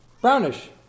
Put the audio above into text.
Brownish